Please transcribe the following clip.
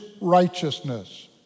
righteousness